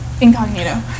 incognito